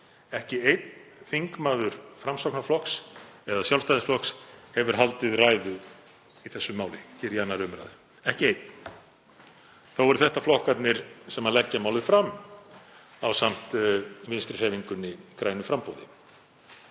Ekki einn þingmaður Framsóknarflokks eða Sjálfstæðisflokks hefur haldið ræðu í þessu máli hér í 2. umr. Ekki einn. Þó eru þetta flokkarnir sem leggja málið fram ásamt Vinstrihreyfingunni – grænu framboði.